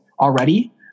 already